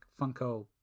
Funko